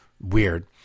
Weird